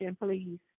please